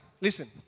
listen